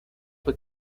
fue